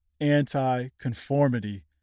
anti-conformity